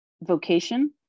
vocation